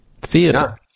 theater